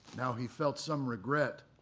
now he felt some regret.